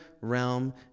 realm